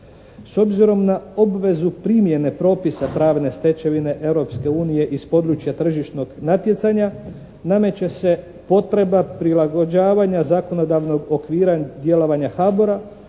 S obzirom na obvezu primjene propisa pravne stečevine Europske unije iz područja tržišnog natjecanja nameće se potreba prilagođavanja zakonodavnog okvira djelovanja Habora,